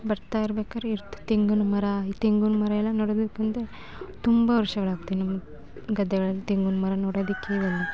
ಬರ್ತಾಯಿರ್ಬೇಕಾದ್ರೆ ಎಷ್ಟು ತೆಂಗಿನ ಮರ ಈ ತೆಂಗಿನ ಮರ ಎಲ್ಲ ನೆಡ್ಬೇಕೆಂದ್ರೆ ತುಂಬ ವರ್ಷಗಳಾಗುತ್ತೆ ನಮ್ಮ ಗದ್ದೆಗಳಲ್ಲಿ ತೆಂಗಿನ್ಮರ ನೆಡೋದಕ್ಕೆ ಒಂದು